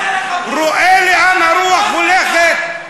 רואה לאן הרוח הולכת.